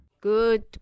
Good